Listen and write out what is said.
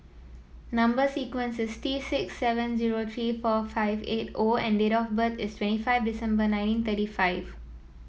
number sequence is T six seven zero three four five eight O and date of birth is twenty five December nineteen thirty five